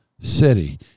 city